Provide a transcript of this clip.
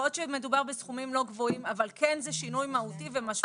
יכול להיות שמדובר בסכומים לא גבוהים אבל כן זה שינוי מהותי ומשמעותי.